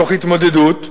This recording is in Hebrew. תוך התמודדות,